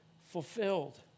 fulfilled